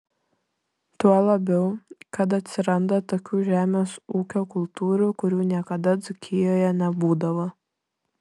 tuo labiau kad atsiranda tokių žemės ūkio kultūrų kurių niekada dzūkijoje nebūdavo